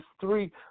Three